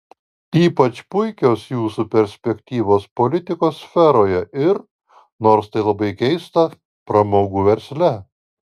ypač puikios jūsų perspektyvos politikos sferoje ir nors tai labai keista pramogų versle